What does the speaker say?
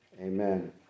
Amen